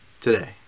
today